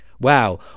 Wow